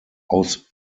aus